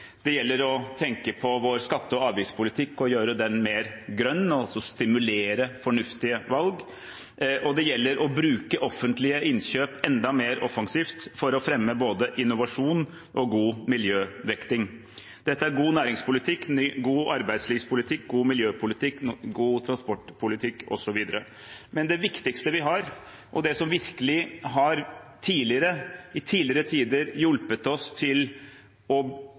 det gjelder å tenke på vår skatte- og avgiftspolitikk og gjøre den mer grønn og stimulere til fornuftige valg, og det gjelder å bruke offentlige innkjøp enda mer offensivt for å fremme både innovasjon og god miljøvekting. Dette er god næringspolitikk, god arbeidslivspolitikk, god miljøpolitikk, god transportpolitikk osv. Men det viktigste vi har, og det som i tidligere tider virkelig har hjulpet oss til å